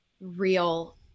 real